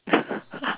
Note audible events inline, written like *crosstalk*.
*laughs*